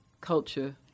culture